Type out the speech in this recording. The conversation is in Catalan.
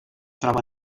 troba